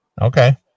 Okay